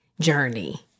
journey